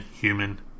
human